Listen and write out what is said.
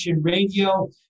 Radio